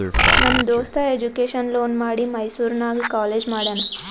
ನಮ್ ದೋಸ್ತ education loan ಮಾಡಿ ಮೈಸೂರು ನಾಗ್ ಕಾಲೇಜ್ ಮಾಡ್ಯಾನ್